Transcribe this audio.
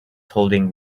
holding